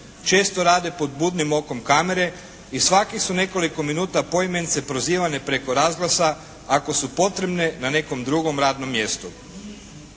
često rade pod budnim okom kamere i svakih su nekoliko minuta poimence prozivane preko razglasa ako su potrebne na nekom drugom radnom mjestu.